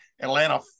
Atlanta